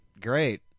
great